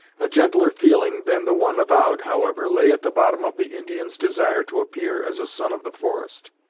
a gentler feeling than the one avowed, however, lay at the bottom of the indian's desire to appear as a son of the forest.